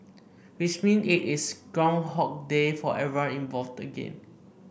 which means it is groundhog day for everyone involved again